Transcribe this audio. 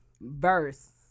verse